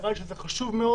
נראה לי שזה חשוב מאוד